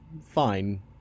fine